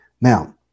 Now